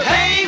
Hey